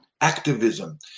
activism